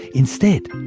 instead,